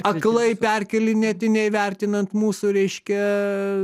aklai perkėlinėti neįvertinant mūsų reiškia